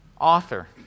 author